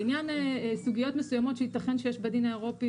לעניין סוגיות מסוימות שייתכן שיש בדין האירופי